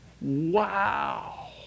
Wow